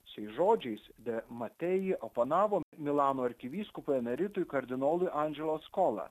šiais žodžiais demateji oponavo milano arkivyskupui emeritui kardinolui andželo skola